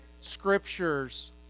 scriptures